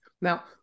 Now